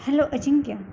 hello Ajinkya